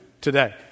today